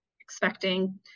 expecting